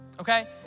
Okay